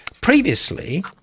Previously